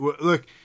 look